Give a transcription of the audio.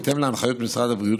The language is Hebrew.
בהתאם להנחיות משרד הבריאות,